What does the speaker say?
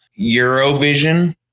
Eurovision